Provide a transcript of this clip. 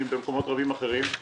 אם במקומות רבים אחרים.